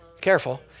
Careful